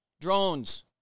drones